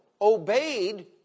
obeyed